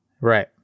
Right